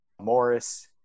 Morris